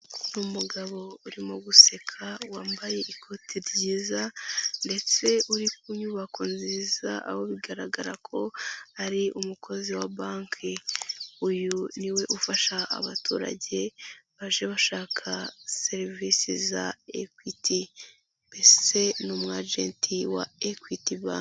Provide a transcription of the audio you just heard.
Umugabo urimo guseka, wambaye ikote ryiza ndetse uri ku nyubako nziza, aho bigaragara ko ari umukozi wa banki. Uyu ni we ufasha abaturage baje bashaka serivisi za Equit mbese ni umwagenti wa Equity banki.